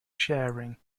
sharing